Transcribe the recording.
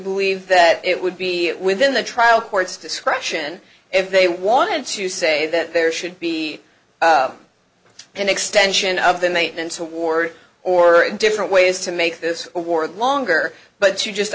believe that it would be within the trial court's discretion if they wanted to say that there should be an extension of the maintenance award or different ways to make this award longer but you just